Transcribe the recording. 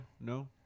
No